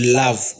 love